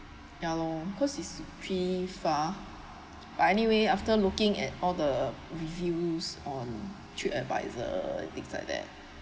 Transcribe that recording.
ya lor cause it's pretty far but anyway after looking at all the reviews on through adviser things like that